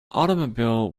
automobile